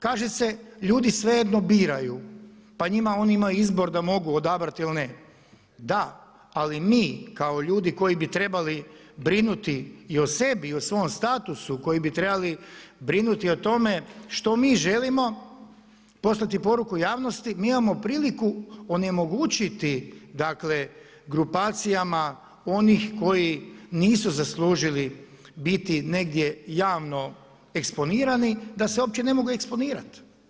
Kaže se, ljudi svejedno biraju pa njima on ima izbor da mogu odabrati ili ne, da, ali mi kao ljudi koji bi trebali brinuti i o sebi i o svom statusu, koji bi trebali brinuti o tome što mi želimo, poslati poruku javnosti, mi imamo priliku onemogućiti grupacijama onih koji nisu zaslužili biti negdje javno eksponirani da se uopće ne mogu eksponirati.